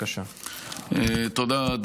תודה.